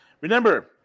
Remember